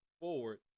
forward